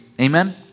Amen